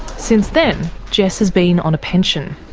since then, jess has been on a pension.